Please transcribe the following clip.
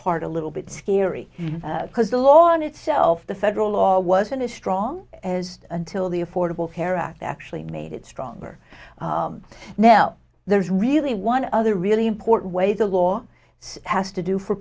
art a little bit scary because the law in itself the federal law wasn't as strong as until the affordable care act actually made it stronger now there's really one other really important way the law has to do for